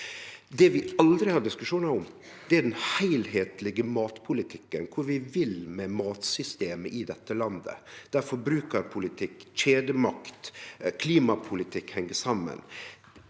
Det vi aldri har diskusjonar om, er den heilskaplege matpolitikken – kvar vi vil med matsystemet i dette landet, og der forbrukarpolitikk, kjedemakt og klimapolitikk heng saman.